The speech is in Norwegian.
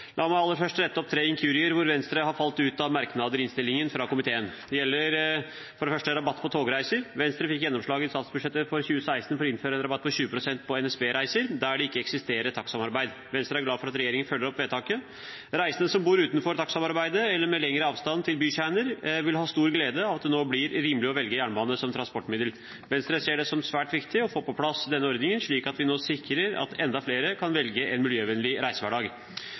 La meg aller først rette opp tre inkurier, hvor Venstre har falt ut av merknader i innstillingen fra komiteen. Det gjelder for det første rabatt på togreiser. Venstre fikk i statsbudsjettet for 2016 gjennomslag for å innføre en rabatt på 20 pst. på NSB-reiser der det ikke eksisterer takstsamarbeid. Venstre er glad for at regjeringen følger opp vedtaket. Reisende som bor utenfor takstsamarbeidet, eller som har lengre avstand til bykjerner, vil ha stor glede av at det nå blir rimelig å velge jernbane som transportmiddel. Venstre ser det som svært viktig å få på plass denne ordningen, slik at vi nå sikrer at enda flere kan velge en miljøvennlig reisehverdag.